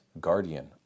guardian